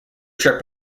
trip